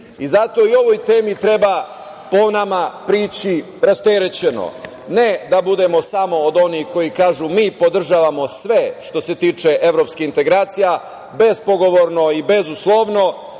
Zato i ovoj temi, po nama, treba prići rasterećeno, ne da budemo samo od onih koji kažu – mi podržavamo sve što se tiče evropskih integracija, bespogovorno i bezuslovno,